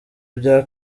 bya